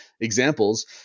examples